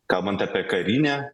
kalbant apie karinę